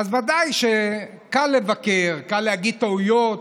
אז ודאי שקל לבקר, קל להגיד: טעויות.